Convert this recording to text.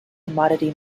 commodity